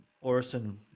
Orson